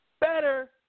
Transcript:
better